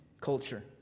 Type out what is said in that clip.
culture